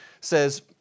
says